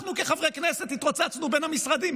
אנחנו כחברי כנסת התרוצצנו בין המשרדים,